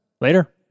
Later